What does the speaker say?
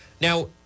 now